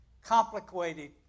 Complicated